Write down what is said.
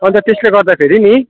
अन्त त्यसले गर्दाखेरि नि